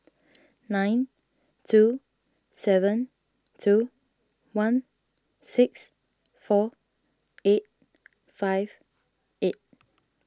nine two seven two one six four eight five eight